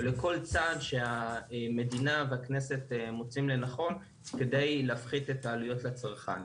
או לכל צעד שהמדינה והכנסת מוצאים לנכון כדי להפחית את העלויות לצרכן.